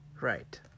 Right